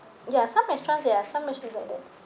ya some restaurants ya some mention about that